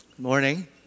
Morning